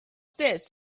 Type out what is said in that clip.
this